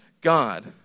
God